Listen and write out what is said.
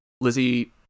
Lizzie